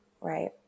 Right